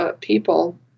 people